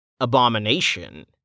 abomination